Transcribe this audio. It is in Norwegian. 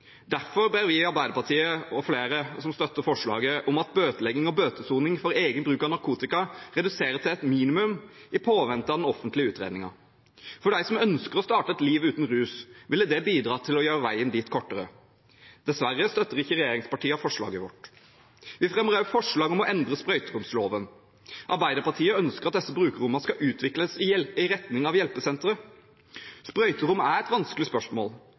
Derfor ber vi i Arbeiderpartiet og flere som støtter forslaget, om at bøtelegging og bøtesoning for egen bruk av narkotika reduseres til et minimum i påvente av den offentlige utredningen. For dem som ønsker å starte et liv uten rus, ville det bidratt til å gjøre veien dit kortere. Dessverre støtter ikke regjeringspartiene forslaget vårt. Vi fremmer også forslag om å endre sprøyteromsloven. Arbeiderpartiet ønsker at disse brukerrommene skal utvikles i retning av hjelpesentre. Spørsmålet om sprøyterom er et vanskelig spørsmål,